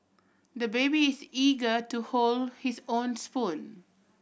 the baby is eager to hold his own spoon